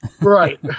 Right